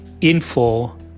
info